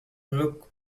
look